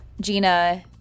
Gina